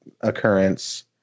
occurrence